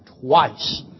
twice